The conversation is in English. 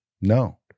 No